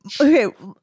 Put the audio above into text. okay